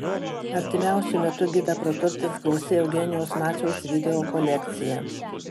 artimiausiu metu gidą praturtins gausi eugenijaus maciaus video kolekcija